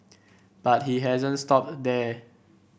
but he hasn't stopped there